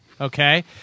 okay